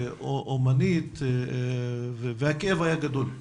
אומנית, והכאב היה גדול.